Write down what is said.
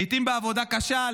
לעיתים בעבודה קשה,